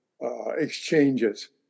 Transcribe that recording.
exchanges